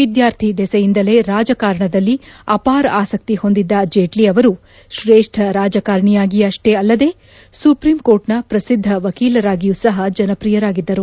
ವಿದ್ಯಾರ್ಥಿ ದೆಸೆಯಿಂದಲೇ ರಾಜಕಾರಣದಲ್ಲಿ ಅಪಾರ ಆಸಕ್ತಿ ಹೊಂದಿದ್ದ ಜೇಟ್ಟಿ ಅವರು ಶ್ರೇಷ್ಟ ರಾಜಕಾರಣಿಯಾಗಿ ಅಷ್ಸೇ ಅಲ್ಲದೇ ಸುಪ್ರೀಂಕೋರ್ಟ್ನ ಪ್ರಸಿದ್ದ ವಕೀಲರಾಗಿಯೂ ಸಹ ಜನಪ್ರಿಯರಾಗಿದ್ದರು